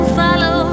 follow